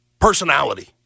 personality